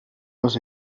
was